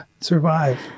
survive